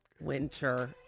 Winter